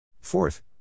Fourth